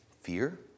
Fear